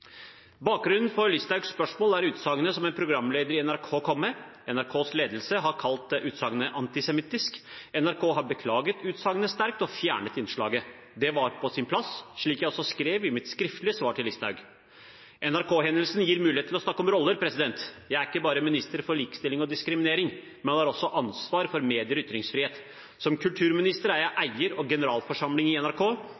Bakgrunnen for Listhaugs spørsmål er utsagnet som en programleder i NRK kom med. NRKs ledelse har kalt utsagnet antisemittisk, NRK har beklaget utsagnet sterkt og fjernet innslaget. Det var på sin plass, slik jeg også skrev i mitt skriftlige svar til Listhaug. NRK-hendelsen gir mulighet til å snakke om roller. Jeg er ikke bare minister for likestilling og diskriminering, men har også ansvar for medier og ytringsfrihet. Som kulturminister er jeg